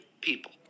people